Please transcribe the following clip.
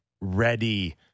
ready